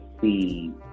see